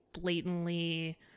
blatantly